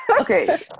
okay